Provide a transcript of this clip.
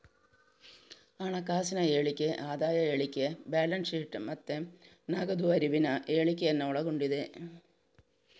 ಹಣಕಾಸಿನ ಹೇಳಿಕೆ ಆದಾಯ ಹೇಳಿಕೆ, ಬ್ಯಾಲೆನ್ಸ್ ಶೀಟ್ ಮತ್ತೆ ನಗದು ಹರಿವಿನ ಹೇಳಿಕೆಯನ್ನ ಒಳಗೊಂಡಿದೆ